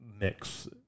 mix